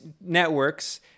networks